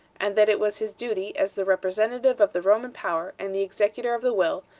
and that it was his duty, as the representative of the roman power and the executor of the will,